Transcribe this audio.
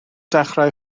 dechrau